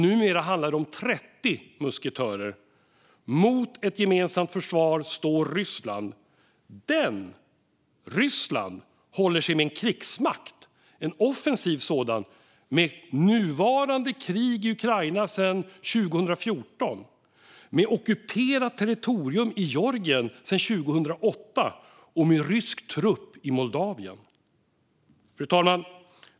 Numera handlar det om 30 musketörer. Mot ett gemensamt försvar står Ryssland. Ryssland håller sig med en krigsmakt, och det är en offensiv sådan med nuvarande krig i Ukraina sedan 2014, med ockuperat territorium i Georgien sedan 2008 och med rysk trupp i Moldavien. Fru talman!